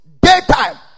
daytime